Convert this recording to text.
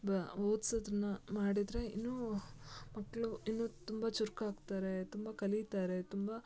ಬ ಓದಿಸೋದನ್ನ ಮಾಡಿದರೆ ಇನ್ನೂ ಮಕ್ಕಳು ಇನ್ನೂ ತುಂಬ ಚುರುಕು ಆಗ್ತಾರೆ ತುಂಬ ಕಲೀತಾರೆ ತುಂಬ